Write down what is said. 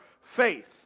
faith